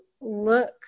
look